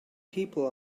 people